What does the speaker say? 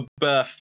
birth